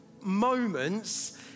moments